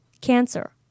Cancer